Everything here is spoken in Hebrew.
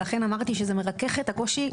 ולכן אמרתי שזה מרכך את הקושי,